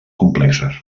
complexes